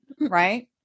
right